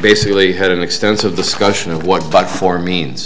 basically had an extensive discussion of what but for means